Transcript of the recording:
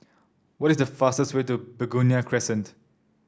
what is the fastest way to Begonia Crescent